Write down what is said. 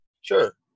Sure